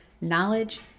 knowledge